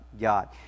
God